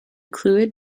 clwyd